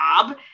job